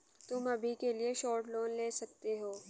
तुम अभी के लिए शॉर्ट लोन ले सकते हो